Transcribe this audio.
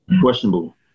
questionable